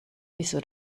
wieso